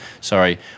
Sorry